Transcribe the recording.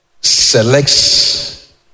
selects